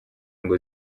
ngo